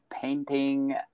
painting